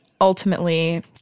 ultimately